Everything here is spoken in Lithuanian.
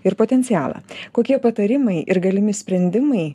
ir potencialą kokie patarimai ir galimi sprendimai